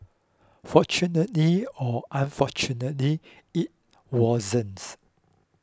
fortunately or unfortunately it wasn't